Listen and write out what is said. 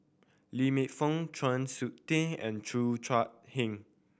Lee Man Fong Chng Seok Tin and Cheo Chai Hiang